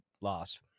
lost